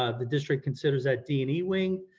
ah the district considers that d and e wing,